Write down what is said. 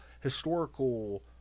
historical